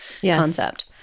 concept